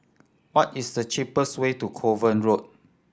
what is the cheapest way to Kovan Road